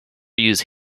use